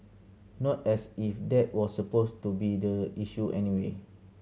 not as if that was supposed to be the issue anyway